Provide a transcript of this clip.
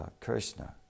Krishna